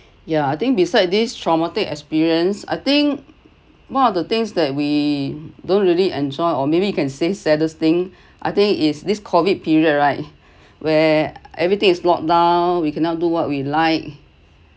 yeah I think beside this traumatic experience I think one of the things that we don't really enjoy or maybe you can say saddest thing I think is this COVID period right where everything is locked down we cannot do what we like